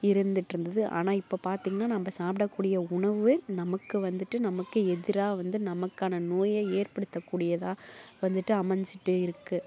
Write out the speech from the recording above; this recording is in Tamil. இருந்துட்ருந்துது ஆனால் இப்போ பார்த்தீங்கன்னா நம்ம சாப்பிட்ட கூடிய உணவு நமக்கு வந்துட்டு நமக்கு எதிராக வந்து நமக்கான நோயை ஏற்படுத்தக்கூடியதாக வந்துட்டு அமைஞ்சிட்டே இருக்குது